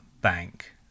bank